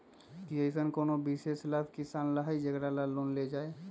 कि अईसन कोनो विशेष लाभ किसान ला हई जेकरा ला लोन लेल जाए?